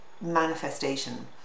manifestation